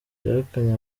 yahakanye